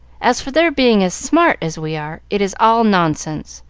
as for their being as smart as we are, it is all nonsense,